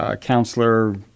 counselor